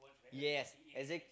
yes exact